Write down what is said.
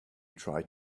try